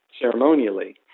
ceremonially